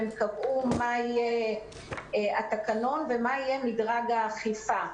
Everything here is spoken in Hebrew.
הם קבעו מה יהיה התקנון ומה יהיה מדרג האכיפה.